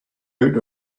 out